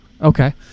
Okay